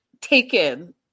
taken